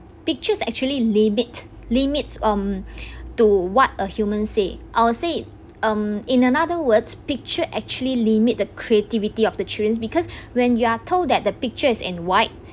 pictures actually limit limits um to what a human say I would say um in another words picture actually limit the creativity of the children's because when you are told that the pictures is in white